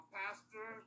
pastor